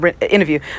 interview